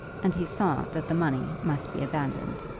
and he saw that the money must be abandoned.